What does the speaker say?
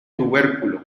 tubérculo